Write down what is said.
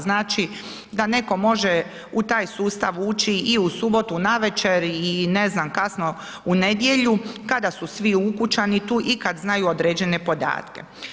Znači, da netko može u taj sustav ući i u subotu navečer i ne znam kasno u nedjelju kada su svi ukućani tu i kad znaju određene podatke.